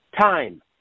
time